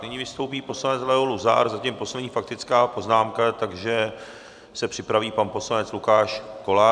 Nyní vystoupí poslanec Leo Luzar, zatím poslední faktická poznámka, takže se připraví pan poslanec Lukáš Kolářík.